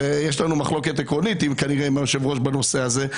ויש לנו מחלוקת עקרונית כנראה עם היושב-ראש בנושא הזה,